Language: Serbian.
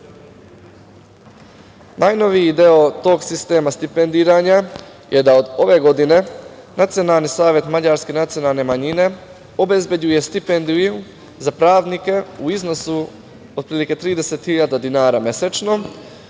Najnoviji deo tog sistema stipendiranja je da od ove godine Nacionalni savet mađarske nacionalne manjine obezbeđuje stipendiju za pravnike u iznosu otprilike 30.000 dinara mesečno